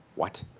what?